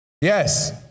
Yes